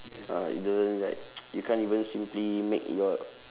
uh I don't like you can't even simply make your